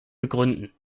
begründen